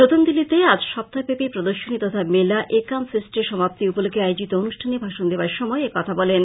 নতুনদিল্লীতে আজ সপ্তাহব্যাপী প্রদর্শনী তথা মেলা একাম ফেস্ট এর সমাপ্তি উপলক্ষ্যে আয়োজিত অনুষ্ঠানে ভাষন দেবার সময় একথা বলেন